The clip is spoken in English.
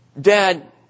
Dad